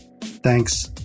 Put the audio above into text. Thanks